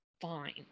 fine